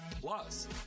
Plus